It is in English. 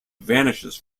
vanishes